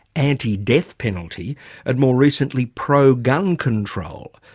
anti-death penalty and more recently, pro-gun control.